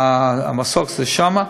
והמסוק שם.